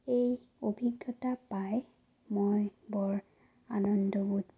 এই অভিজ্ঞতা পাই মই বৰ আনন্দবোধ